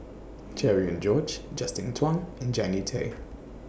Cherian George Justin Zhuang and Jannie Tay